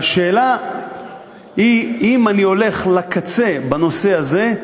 והשאלה היא, אם אני הולך לקצה בנושא הזה,